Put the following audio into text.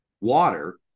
water